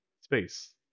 space